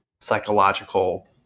psychological